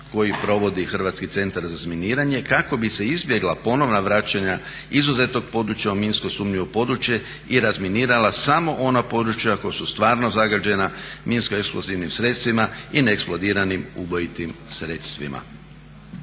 koji provodi Hrvatski centar za razminiranje kako bi se izbjegla ponovna vraćanja izuzetog područja u minsko sumnjivo područje i razminirala samo ona područja koja su stvarno zagađena minskoeksplozivnim sredstvima i neeksplodiranim ubojitim sredstvima.